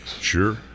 Sure